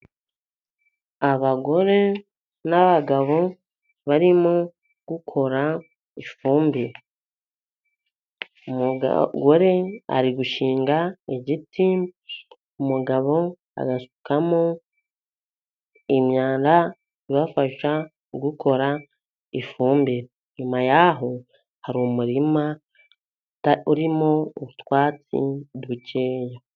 Abagore n’abagabo barimo gukora ifumbire, umugore ari gushinga igiti, umugabo agasukamo imyanda ibafasha gukora ifumbire nyuma yaho hari umurima urimo utwatsi dukeya.